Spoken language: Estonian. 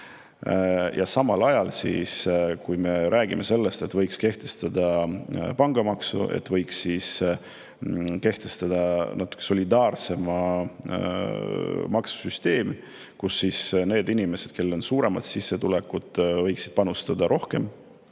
Ja samal ajal, kui me räägime sellest, et võiks kehtestada pangamaksu, et võiks kehtestada natuke solidaarsema maksusüsteemi, mille puhul need inimesed, kellel on suuremad sissetulekud, võiksid panustada rohkem,